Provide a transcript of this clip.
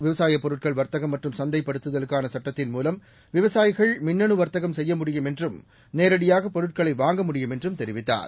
விவசாயபொருட்கள் வர்த்தகம் மற்றும் சந்தைப்படுத்துதலுக்கானசட்டத்தின் மூலம் விவசாயிகள் மின்ணனுவர்த்தகம் செய்யமுடியும் என்றும் நேரடியாகபொருட்களைவாங்க முடியும் என்றும் தெரிவித்தார்